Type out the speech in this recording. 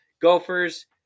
Gophers